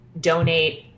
donate